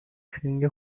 خنگ